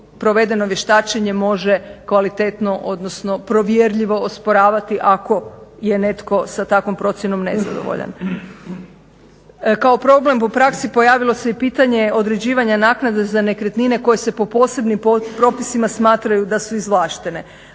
provedeno vještačenje može kvalitetno odnosno povjerljivo osporavati ako je netko sa takvom procjenom nezadovoljan. Kao problem po praksi pojavilo se i pitanje određivanja naknade za nekretnine koje se po posebnim propisima smatraju da su izvlaštene.